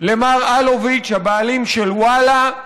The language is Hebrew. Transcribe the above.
למר אלוביץ', הבעלים של וואלה,